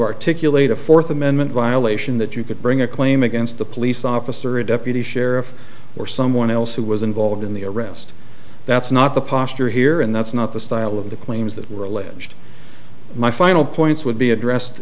articulate a fourth amendment violation that you could bring a claim against the police officer a deputy sheriff or someone else who was involved in the arrest that's not the posture here and that's not the style of the claims that were alleged my final points would be addressed